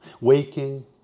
waking